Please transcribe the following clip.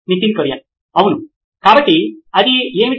Nitin Kurian COO నోయిన్ electronics అవును కాబట్టి అది ఏమిటి